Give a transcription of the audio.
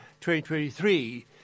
2023